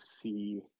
see